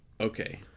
Okay